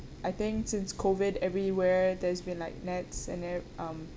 I think since COVID everywhere there's been like NETS and e~ um